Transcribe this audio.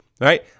right